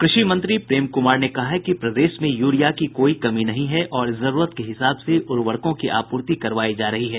कृषि मंत्री प्रेम क्मार ने कहा है कि प्रदेश में यूरिया की कोई कमी नहीं है और जरूरत के हिसाब से उर्वरकों की आपूर्ति करवायी जा रही है